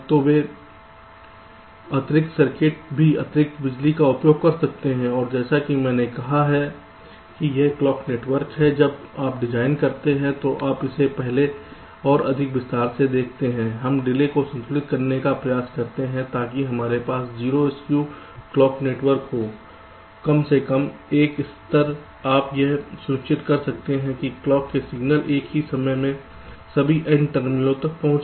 तो वे अतिरिक्त सर्किट भी अतिरिक्त बिजली का उपभोग कर सकते हैं और जैसा कि मैंने कहा कि यह क्लॉक नेटवर्क है जब आप डिजाइन करते हैं तो हम इसे पहले और अधिक विस्तार से देखते हैं हम डिले को संतुलित करने का प्रयास करते हैं ताकि हमारे पास 0 स्कू क्लॉक नेटवर्क हो कम से कम एक तक स्तर आप यह सुनिश्चित कर सकते हैं कि क्लॉक के सिग्नल एक ही समय में सभी n टर्मिनलों तक पहुंचें